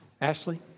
Ashley